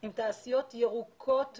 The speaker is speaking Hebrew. עם תעשיות ירוקות וחדשניות,